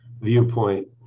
viewpoint